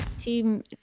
team